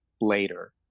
later